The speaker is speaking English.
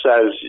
says